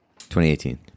2018